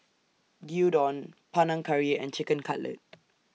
Gyudon Panang Curry and Chicken Cutlet